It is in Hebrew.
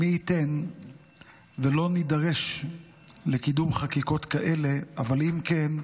מי ייתן ולא נידרש לקידום חקיקות כאלה, אבל אם כן,